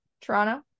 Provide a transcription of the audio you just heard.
Toronto